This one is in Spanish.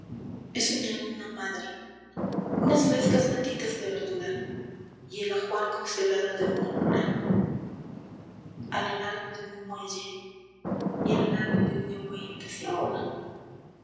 una proa he soñado una madre unas frescas matitas de verdura y el ajuar constelado de una aurora a lo largo de un muelle ya lo largo de un euello que se ahoga